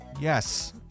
yes